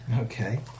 Okay